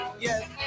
Yes